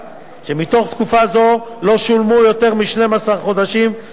שמתוך תקופה זו לא ישולמו יותר מ-12 חודשים עבור